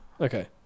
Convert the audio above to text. Okay